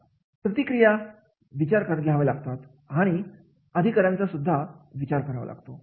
प्रतिक्रियांचा विचार करावा लागतो आणि अधिकारांचा विचार करावा लागतो